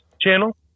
channel